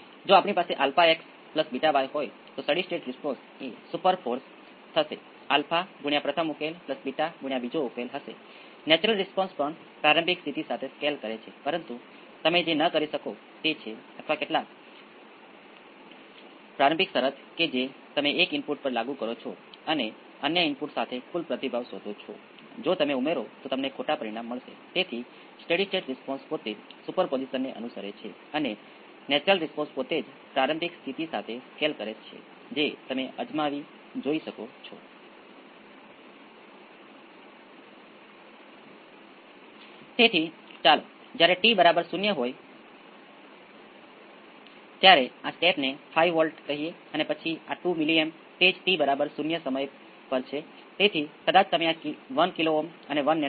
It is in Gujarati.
તેથી આપણી પાસે V c ઓફ t જે A 1 exponential p 1 t plus A 2 exponential p 2 t અને કરંટ નો વધારો L ઓફ t જે કેપેસિટર કરંટ c ગુણ્યા A 1 p 1 exponential p 1 t plus A 2 p 2 exponential p 2 t સમાન છે અને ચાલો આપણે પ્રારંભિક શરતોનો સમૂહ લઈએ હું કહી દઉં કે V c ઓફ 0 1 વોલ્ટ છે અને i L of 0 100 milliamp છે તો તમને અહીં બે રેખીય સમીકરણો મળશે જેમાંથી તમે શોધો કે A 1 એ 1